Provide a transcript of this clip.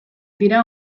dira